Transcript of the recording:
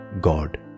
God